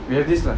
we have this lah